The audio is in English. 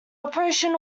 operation